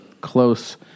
close